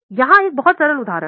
यहाँ एक बहुत सरल उदाहरण है